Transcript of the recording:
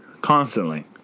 constantly